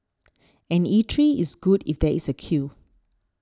an eatery is good if there is a queue